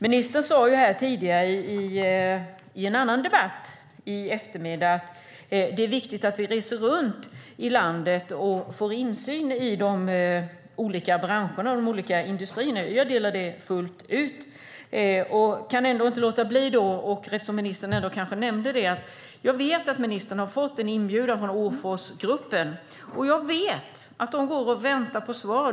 Ministern sade här tidigare i en annan debatt under eftermiddagen att det är viktigt att vi reser runt i landet och får insyn i de olika branscherna och industrierna. Jag delar den uppfattningen fullt ut. Jag vet att ministern har fått en inbjudan från Orreforsgruppen, och jag vet att de går och väntar på svar.